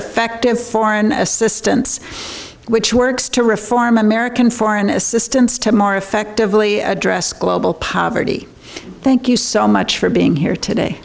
effective foreign assistance which works to reform american foreign assistance to more effectively address global poverty thank you so much for being here today